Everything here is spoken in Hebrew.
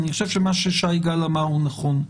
אני חושב שמה ששי גל אמר הוא נכון.